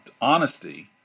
Honesty